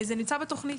זה נמצא בתוכנית.